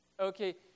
Okay